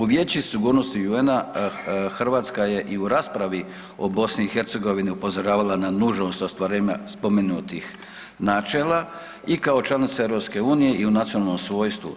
U Vijeće sigurnosti UN-a Hrvatska je i u raspravi o BiH upozoravala na nužnost ostvarenja spomenutih načela i kao članica EU i u nacionalnom svojstvu.